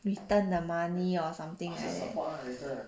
return the money or something like that